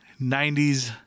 90s